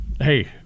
Hey